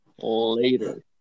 Later